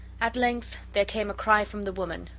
at length there came a cry from the woman,